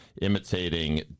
imitating